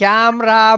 Camera